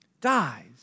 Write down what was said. dies